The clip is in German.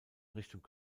richtung